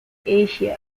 asia